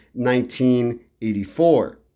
1984